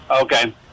Okay